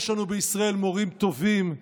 יש לנו בישראל מורים טובים,